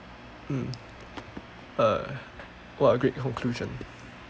mm uh what a great conclusion